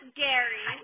gary